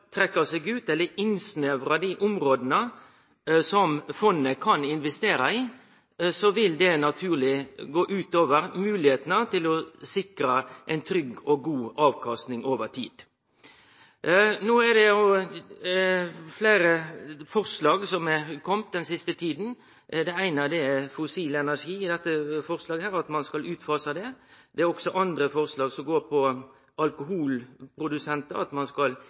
seg ut eller innsnevre dei områda som fondet kan investere i, vil det naturleg gå ut over moglegheitene til å sikre ei trygg og god avkastning over tid. No er det fleire forslag som er komne den siste tida. Eit av desse er at ein skal fase ut fossil energi. Det er også andre forslag, som går på alkoholprodusentar, at ein ikkje skal